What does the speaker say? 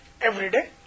everyday